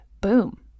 boom